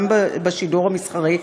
גם בשידור המסחרי,